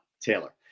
Taylor